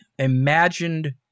imagined